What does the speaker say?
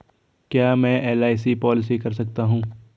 क्या मैं LIC policy कर सकता हूं?